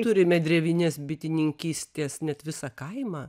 turime drevinės bitininkystės net visą kaimą